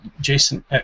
Jason